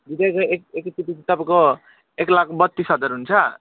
दुईवटाकै एकै एकैचोटि तपाईँको एक लाख बत्तिस हजार हुन्छ